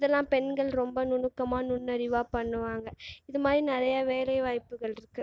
இதல்லாம் பெண்கள் ரொம்ப நுணுக்கமாக நுண்ணறிவாக பண்ணுவாங்க இது மாதிரி நிறைய வேலை வாய்ப்புகள் இருக்குது